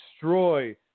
destroy